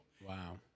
Wow